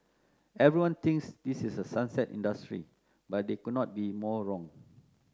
everyone thinks this is a sunset industry but they could not be more wrong